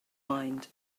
mind